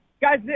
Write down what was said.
Guys